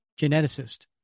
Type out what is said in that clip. geneticist